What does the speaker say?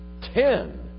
Ten